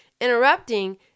Interrupting